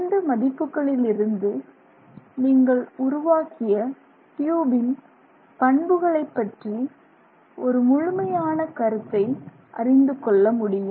இந்த மதிப்புக்களிலிருந்து நீங்கள் உருவாக்கிய ட்யூபின் பண்புகளை பற்றி ஒரு முழுமையான கருத்தை அறிந்து கொள்ள முடியும்